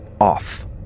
off